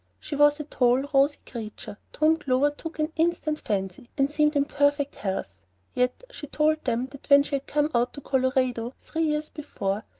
she was a tall, rosy creature, to whom clover took an instant fancy, and seemed in perfect health yet she told them that when she came out to colorado three years before,